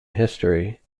history